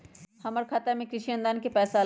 हमर खाता में कृषि अनुदान के पैसा अलई?